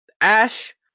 Ash